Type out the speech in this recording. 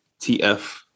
TF